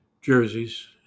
jerseys